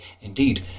Indeed